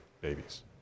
babies